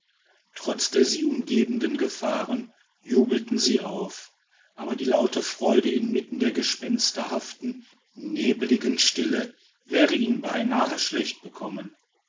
trotz der sie umgebenden gefahren jubelten sie auf aber die laute freude inmitten der gespensterhaften nebligen stille wäre ihnen beinahe schlecht bekommen